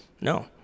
No